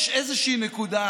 יש איזושהי נקודה,